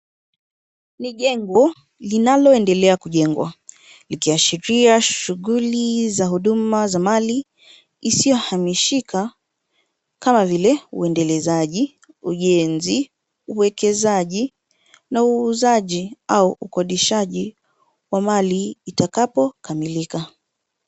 Ni jengo linaloendelea kujengwa likiashiria shughuli za huduma za mali isiyohamishika kama vile uendelezaji, ujenzi, uwekezaji na uuzaji au ukodishaji wa mali itakapokamilika.